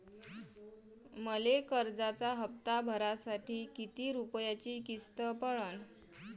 मले कर्जाचा हप्ता भरासाठी किती रूपयाची किस्त पडन?